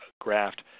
graft